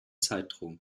zeitdruck